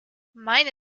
meine